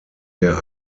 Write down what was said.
der